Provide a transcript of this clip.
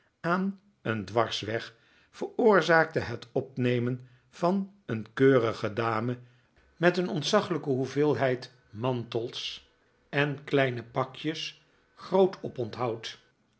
aan een dwarsweg veroorzaakte het opnemen van een keurige dame met een ontzaglijke hoeveelheid mantels en kleine pakjes groot oponthoud